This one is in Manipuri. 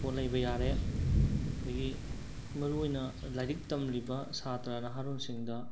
ꯄꯣꯠ ꯂꯩꯕ ꯌꯥꯔꯦ ꯑꯗꯒꯤ ꯃꯔꯨ ꯑꯣꯏꯅ ꯂꯥꯏꯔꯤꯛ ꯇꯝꯂꯤꯕ ꯁꯥꯇ꯭ꯔ ꯅꯍꯥꯔꯣꯜꯁꯤꯡꯗ